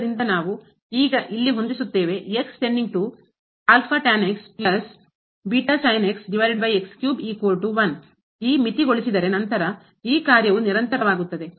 ಆದ್ದರಿಂದ ನಾವು ಈಗ ಇಲ್ಲಿ ಹೊಂದಿಸುತ್ತಿದ್ದೇವೆ ಈ ಮಿತಿಗೊಳಿಸಿದರೆ ನಂತರ ಈ ಕಾರ್ಯವು ನಿರಂತರವಾಗುತ್ತದೆ